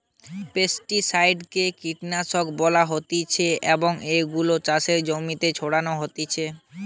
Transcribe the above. pesticide কে কীটনাশক বলা হতিছে এবং এগুলো চাষের জমিতে ছড়ানো হতিছে